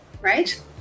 Right